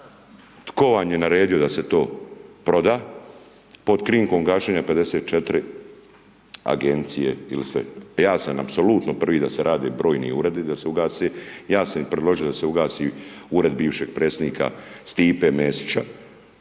TV, tko vam je naredio da se to proda, pod krinkom gašenja 54 agencije, ili se, ja sam apsolutno prvi da se radi brojni uredi da se ugase, ja sam im predložio da se ugasi ured bivšeg predsjednika Stipe Mesića,